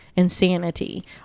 insanity